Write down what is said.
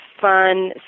fun